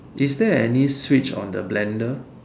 is there any switch on the blender